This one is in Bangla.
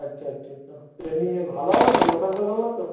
আচ্ছা আচ্ছা আচ্ছা তা এমনি ভালো হবে তো লোকাল টোকাল না তো